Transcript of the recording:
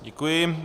Děkuji.